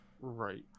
Right